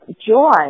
joy